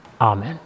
Amen